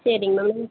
சரிங்க மேம்